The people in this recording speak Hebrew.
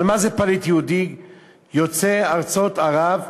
אבל מה זה פליט יהודי יוצא ארצות ערב?